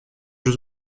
jeux